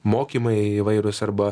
mokymai įvairūs arba